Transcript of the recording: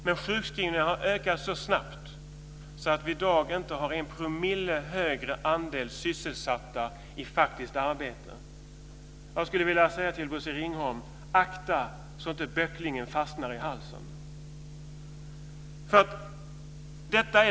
Men sjukskrivningarna har ökat så snabbt att vi i dag inte har en promille större andel sysselsatta i faktiskt arbete. Jag skulle vilja säga följande till Bosse Ringholm: Akta så att inte böcklingen fastnar i halsen.